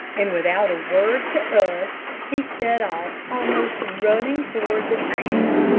and without a word to us, he set off almost running toward the town.